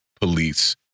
police